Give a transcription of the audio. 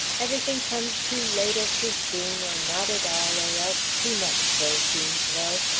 everything comes too late or too soon or not at all or else too much so, seems though.